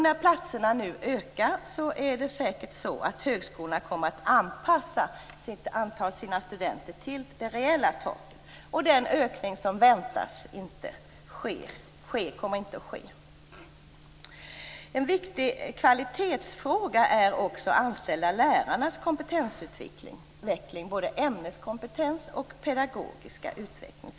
När platserna nu ökar kommer högskolorna säkert att anpassa antalet studenter till reella tal, och den ökning som väntas kommer inte att ske. En viktig kvalitetsfråga är också de anställda lärarnas kompetensutveckling, både ämneskompetensen och deras pedagogiska utveckling.